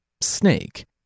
snake